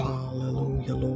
Hallelujah